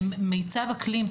מיצב אקלים,